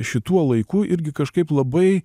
šituo laiku irgi kažkaip labai